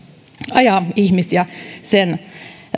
ajaa ihmisiä sen